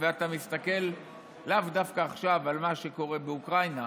ואתה מסתכל לאו דווקא עכשיו על מה שקורה באוקראינה